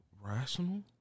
rational